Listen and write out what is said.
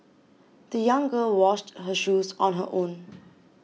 the young girl washed her shoes on her own